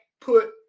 put